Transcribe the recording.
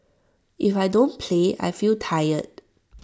if I don't play I feel tired